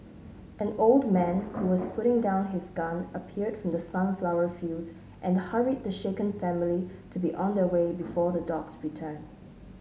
an old man who was putting down his gun appeared from the sunflower fields and hurried the shaken family to be on their way before the dogs return